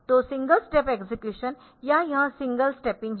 तो single step execution या यह सिंगल स्टेपिंग है